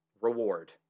reward